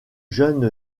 jeune